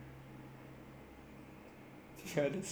ya that's true but it's damn relaxing though